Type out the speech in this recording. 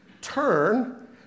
turn